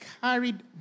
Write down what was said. carried